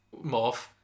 Morph